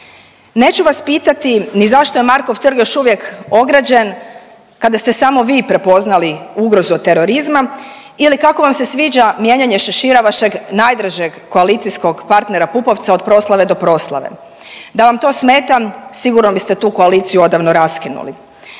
Neću vas pitati ni zašto je Markov trg još uvijek ograđen kada ste samo vi prepoznali ugrozu od terorizma ili kako vam se sviđa mijenjanje šešira vašeg najdražeg koalicijskog partnera Pupovca od proslave do proslave. Da vam to smeta sigurno biste tu koaliciju odavno raskinuli.